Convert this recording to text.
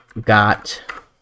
got